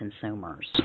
consumers